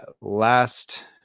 last